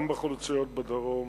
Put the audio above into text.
גם בחלוציות בדרום